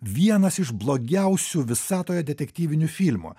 vienas iš blogiausių visatoje detektyvinių filmų